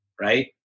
right